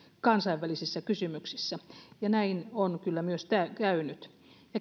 kansainvälisissä kysymyksissä ja näin on kyllä myös käynyt